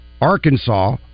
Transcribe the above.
Arkansas